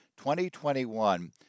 2021